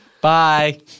Bye